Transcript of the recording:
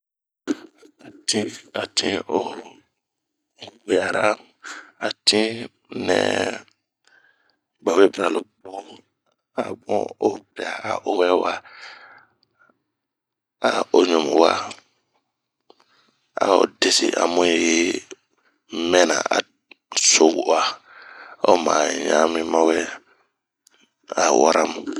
A tin ne a bongon o piria a owɛwa, a o ɲu muwa,a o desi amu yi mɛna ,a souwa ao ma ɲanmi mawɛ a wara mu.